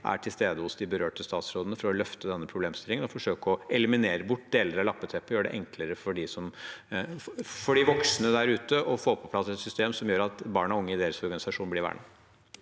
er til stede hos de berørte statsrådene for å løfte denne problemstillingen og forsøke å eliminere deler av lappeteppet og gjøre det enklere for de voksne der ute å få på plass et system som gjør at barn og unge i deres organisasjon blir vernet.